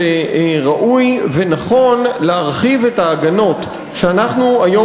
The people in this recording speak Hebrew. שראוי ונכון להרחיב את ההגנות שאנחנו היום